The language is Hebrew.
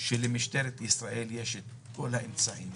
שלמשטרת ישראל יש את כל האמצעים,